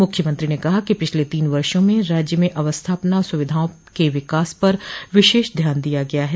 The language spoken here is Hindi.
मुख्यमंत्री ने कहा कि पिछले तीन वर्षो में राज्य में अवस्थापना सुविधाओं के विकास पर विशेष ध्यान दिया गया है